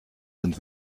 sind